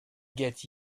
get